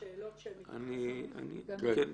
אם יש שאלות, אני כמובן מוכן לענות עליהן.